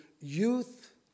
youth